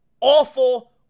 Awful